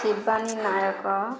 Shivani Nayak